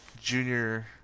Junior